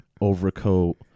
overcoat